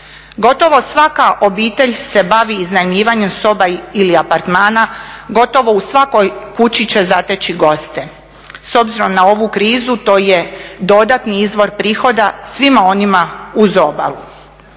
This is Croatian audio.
Gotovo svaka obitelj se bavi iznajmljivanjem soba ili apartmana. Gotovo u svakoj kući će zateći goste. S obzirom na ovu krizu to je dodatni izvor prihoda svima onima uz obalu.